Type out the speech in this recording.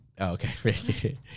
okay